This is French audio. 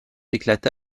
éclata